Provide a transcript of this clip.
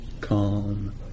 calm